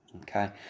Okay